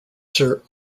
sir